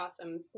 awesome